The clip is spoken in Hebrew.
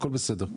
הכל בסדר.